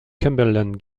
cumberland